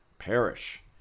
Perish